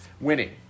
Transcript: winning